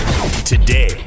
Today